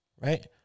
right